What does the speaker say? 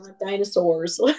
dinosaurs